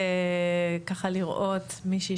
בעיניי, לראות מישהי